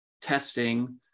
testing